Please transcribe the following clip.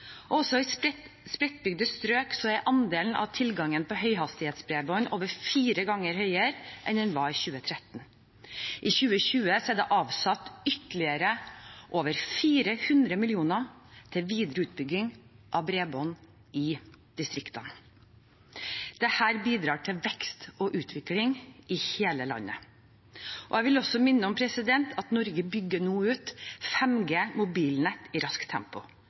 Også i spredtbygde strøk er andelen med tilgang på høyhastighetsbredbånd over fire ganger høyere enn den var i 2013. I 2020 er det avsatt ytterligere over 400 mill. kr til videre utbygging av bredbånd i distriktene. Dette bidrar til vekst og utvikling i hele landet. Jeg vil også minne om at Norge nå bygger ut 5G-mobilnett i raskt tempo.